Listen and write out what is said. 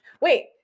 wait